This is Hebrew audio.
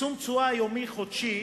פרסום תשואה יומי, חודשי,